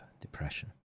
depression